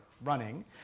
running